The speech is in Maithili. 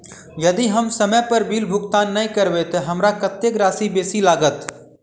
यदि हम समय पर बिल भुगतान नै करबै तऽ हमरा कत्तेक राशि बेसी लागत?